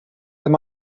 wenn